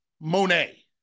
monet